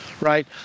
right